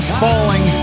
falling